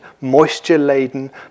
moisture-laden